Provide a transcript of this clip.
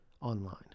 online